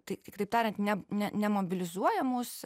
tai kitaip tariant ne ne ne mobilizuoja mus